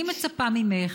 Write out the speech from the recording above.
אני מצפה ממך,